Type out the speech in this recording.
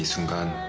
from on